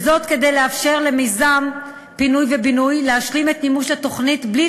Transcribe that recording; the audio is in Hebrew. וזאת כדי לאפשר למיזם פינוי ובינוי להשלים את מימוש התוכנית בלי